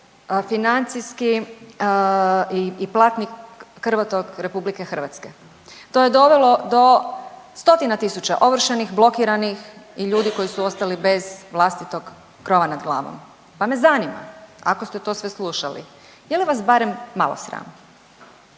financijski i platni krvotok RH. To je dovelo do stotina tisuća ovršenih, blokiranih i ljudi koji su ostali bez vlastitog krova nad glavom. Pa me zanima ako ste to sve slušali je li vas barem malo sram?